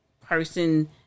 person